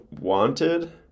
wanted